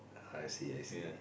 I see I see